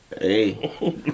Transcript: Hey